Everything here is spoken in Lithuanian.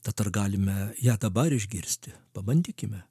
tad ar galime ją dabar išgirsti pabandykime